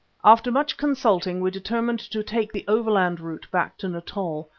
after much consulting we determined to take the overland route back to natal,